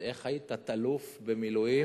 איך היית, תת-אלוף במילואים?